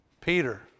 Peter